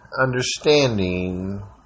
understanding